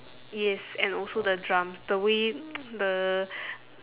yes and also the drums the way the